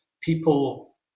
people